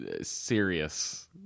Serious